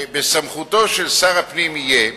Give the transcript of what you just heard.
שבסמכותו של שר הפנים יהיה